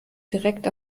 direkt